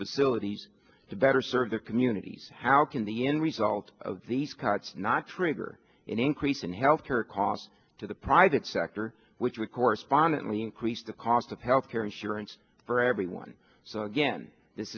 facilities to better serve their communities how can the end result of these cuts not trigger an increase in health care costs to the private sector which would correspondent we increase the cost of health care insurance for everyone so again this